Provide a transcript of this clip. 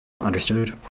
Understood